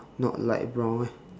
not light brown meh